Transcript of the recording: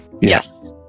Yes